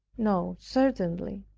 no, certainly.